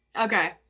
Okay